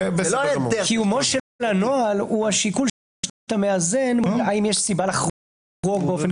קיומו של הנוהל הוא השיקול שאתה מאזן האם יש סיבה לחרוג.